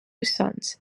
sons